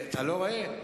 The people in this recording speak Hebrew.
אתה לא רואה?